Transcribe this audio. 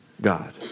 God